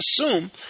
assume